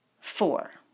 Four